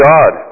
God